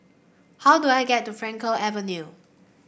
how do I get to Frankel Avenue